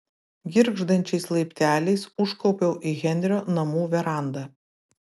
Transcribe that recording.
girgždančiais laipteliais užkopiau į henrio namų verandą